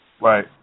Right